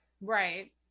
right